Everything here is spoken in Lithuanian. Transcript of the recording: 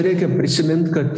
reikia prisimint kad